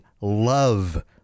love